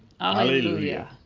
Alleluia